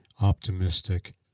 optimistic